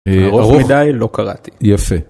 ארוך מדי, לא קראתי. יפה.